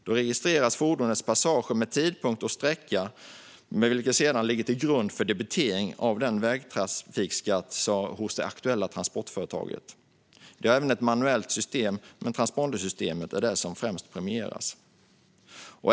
Då registreras fordonets passager med tidpunkt och sträcka, vilket sedan ligger till grund för debitering av vägtrafikskatt hos det aktuella transportföretaget. Det finns även ett manuellt system, men transpondersystemet premieras främst.